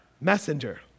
Messenger